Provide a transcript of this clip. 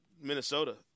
Minnesota